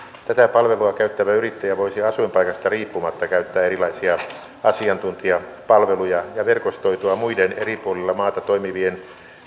tätä palvelua käyttävä yrittäjä voisi asuinpaikasta riippumatta käyttää erilaisia asiantuntijapalveluja ja verkostoitua muiden eri puolilla maata toimivien